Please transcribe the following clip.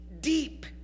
deep